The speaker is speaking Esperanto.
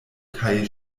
kaj